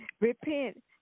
Repent